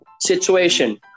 situation